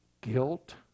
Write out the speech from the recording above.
guilt